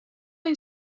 این